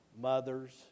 mothers